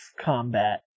combat